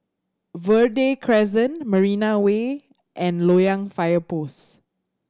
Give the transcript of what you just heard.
Verde Crescent Marina Way and Loyang Fire Post